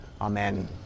Amen